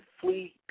flee